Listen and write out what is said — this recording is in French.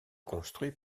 construit